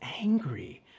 angry